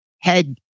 head